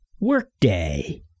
Workday